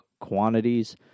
quantities